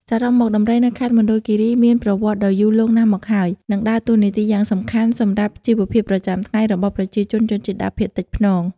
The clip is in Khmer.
សរុបមក ដំរីនៅខេត្តមណ្ឌលគិរីមានប្រវត្តិដ៏យូរលង់ណាស់មកហើយ និងដើរតួនាទីយ៉ាងសំខាន់សម្រាប់ជីវភាពប្រចាំថ្ងៃរបស់ប្រជាជនជនជាតិដើមភាគតិតភ្នង។